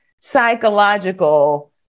psychological